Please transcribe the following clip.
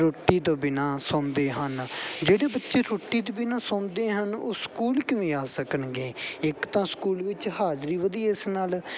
ਰੋਟੀ ਤੋਂ ਬਿਨਾਂ ਸੌਂਦੇ ਹਨ ਜਿਹੜੇ ਬੱਚੇ ਰੋਟੀ ਤੋਂ ਬਿਨਾਂ ਸੌਂਦੇ ਹਨ ਉਹ ਸਕੂਲ ਕਿਵੇਂ ਆ ਸਕਣਗੇ ਇੱਕ ਤਾਂ ਸਕੂਲ ਵਿੱਚ ਹਾਜ਼ਰੀ ਵਧੀ ਇਸ ਨਾਲ